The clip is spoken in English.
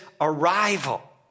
arrival